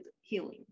healing